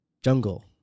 Jungle